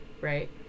right